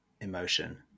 emotion